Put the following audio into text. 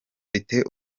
mfite